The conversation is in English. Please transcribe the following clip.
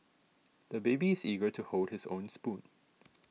the baby is eager to hold his own spoon